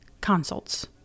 consults